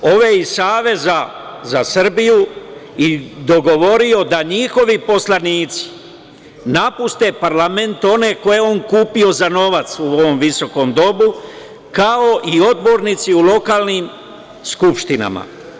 Ove iz Saveza za Srbiju i dogovorio da njihovi poslanici napuste parlament one koje je on kupio za novac u ovom visokom domu, kao i odbornici u lokalnim skupštinama.